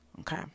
Okay